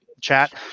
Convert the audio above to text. chat